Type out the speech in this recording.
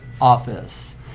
office